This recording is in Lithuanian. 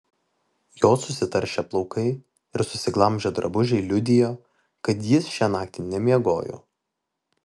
jo susitaršę plaukai ir susiglamžę drabužiai liudijo kad jis šią naktį nemiegojo